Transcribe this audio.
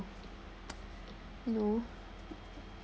you know